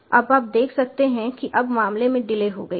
अब आप देख सकते हैं कि अब मामले में डिले हो गई है